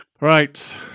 right